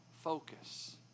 focus